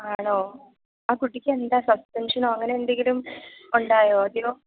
ആണോ ആ കുട്ടിക്കെന്താ സസ്പെന്ഷനോ അങ്ങനെ എന്തെങ്കിലും ഉണ്ടായോ അധികം